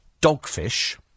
dogfish